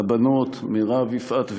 הבנות מירב, יפעת וענבר,